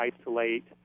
isolate